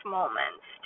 moments